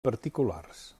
particulars